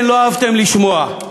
כן, לא אהבתם לשמוע.